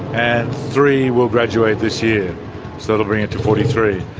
and three will graduate this year. so that'll bring it to forty three.